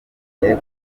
ariya